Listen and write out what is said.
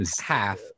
half